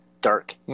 Dark